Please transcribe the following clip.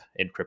encryption